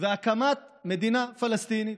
ולהקמת מדינה פלסטינית.